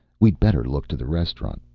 we'd better look to the restaurant,